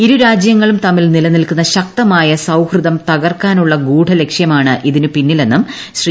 ഇരുരാജ്യങ്ങളും തമ്മിൽ നിലനിൽക്കുന്ന ശക്തമായ സൌഹൃദം തകർക്കാനുള്ള ഗൂഢലക്ഷ്യമാണ് ഇതിന് പിന്നിലെന്നും ശ്രീ